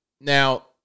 Now